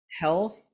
health